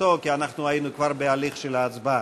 בקשתו כי אנחנו היינו כבר בהליך של ההצבעה.